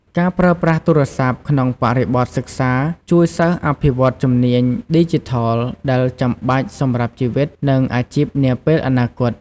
ការប្រើប្រាស់ទូរស័ព្ទក្នុងបរិបទសិក្សាជួយសិស្សអភិវឌ្ឍ ជំនាញឌីជីថល ដែលចាំបាច់សម្រាប់ជីវិត និងអាជីពនាពេលអនាគត។